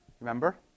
remember